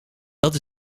dat